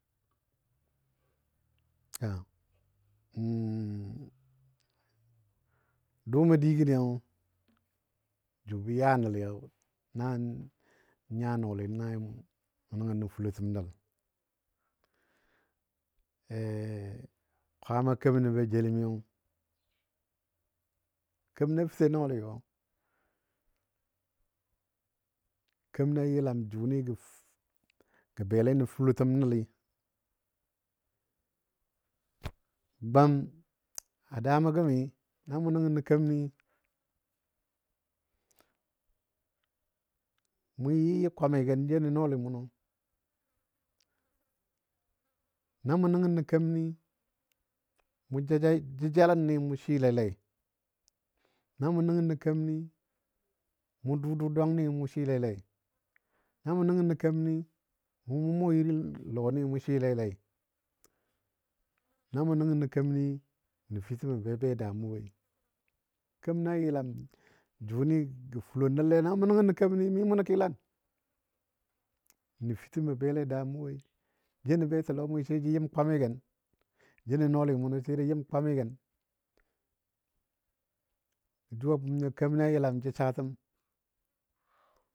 Dʊumɔ digəniyo jʊ bə ya nəlliyo nan nya nɔɔli naai mʊ nəngənɔ fulotəm nəl kwama kemənɔ ba jeləmiyo, kəməna fəto nɔɔligɔ, keməna yəlam jʊni gə bele nən fulotəm nəlli gwang a daamo gəmi namʊ nəngnɔ kəməni mu yɨyɨ kwamigən jənɔ nɔɔli mʊnɔ, namɔ nəngənə keməni, mʊ jaja jəjalənni mʊ swɨlalei namɔ nəngən nə kemənni, mʊ dʊ dʊ dwangni mʊ swɨlalei. Na mʊ nəngənə keməni mʊ mʊmʊ irin lɔni mʊ swɨlalei. Namʊ nəngənə kemənni nəfitəmo be be daa mʊ woi. Kəməna yəlam jʊni gə fulɔ nəl lei. Na mʊ nəngənə kemənni mi mʊ nə kilan, nəfitəmɔ bele a daa mʊ woi. jeno betilɔmui sai jə yɨm kwamigən jənɔ nɔɔli munɔ sai jə yɨm kwamigən. Jʊ a bʊm nyo keməna yəlam jə saatəm.